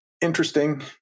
interesting